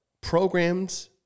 programmed